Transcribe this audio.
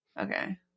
Okay